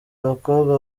abakobwa